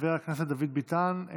חבר הכנסת דוד ביטן,